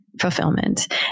fulfillment